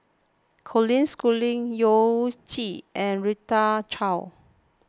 Colin Schooling Yao Zi and Rita Chao